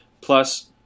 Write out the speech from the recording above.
plus